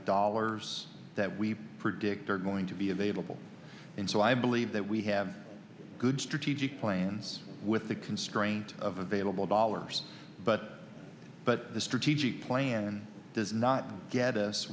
dollars that we predict are going to be available and so i believe that we have good strategic plans with the constraint of available dollars but but the strategic plan does not get us